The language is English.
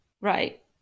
Right